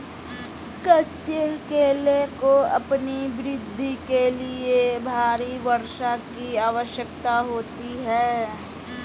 कच्चे केले को अपनी वृद्धि के लिए भारी वर्षा की आवश्यकता होती है